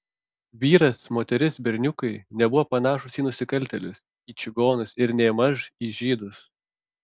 vyras moteris berniukai nebuvo panašūs į nusikaltėlius į čigonus ir nėmaž į žydus